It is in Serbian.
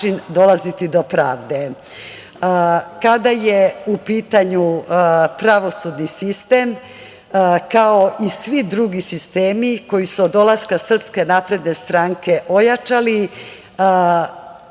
dolaziti do pravde. Kada je u pitanju pravosudni sistem, kao i svi drugi sistemi koji su od dolaska SNS ojačali,